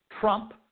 Trump